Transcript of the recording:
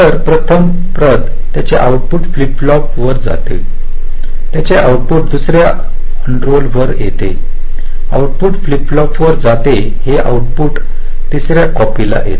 तर प्रथम प्रत त्याचे आउटपुट फ्लिप फ्लॉप वर जाते त्याचे आउटपुट दुसर्या अनरोल वर येते आउटपुट फ्लिप फ्लॉप वर जाते हे आउटपुट तिसर्या कॉपीला येते